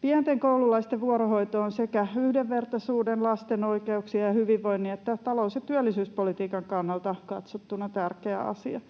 Pienten koululaisten vuorohoito on sekä yhdenvertaisuuden ja lasten oikeuksien ja hyvinvoinnin että talous- ja työllisyyspolitiikan kannalta katsottuna tärkeä asia.